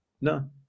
no